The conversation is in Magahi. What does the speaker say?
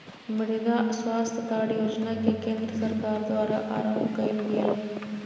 मृदा स्वास्थ कार्ड योजना के केंद्र सरकार द्वारा आरंभ कइल गेल हइ